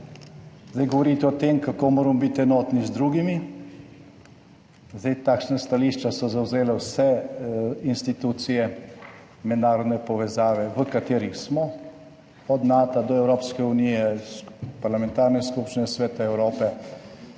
Zdaj govorite o tem, kako moramo biti enotni z drugimi, zdaj, takšna stališča so zavzele vse institucije, mednarodne povezave, v katerih smo, od Nata do Evropske unije, parlamentarne skupščine, Sveta Evrope,